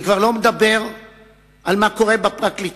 אני כבר לא מדבר על מה קורה בפרקליטות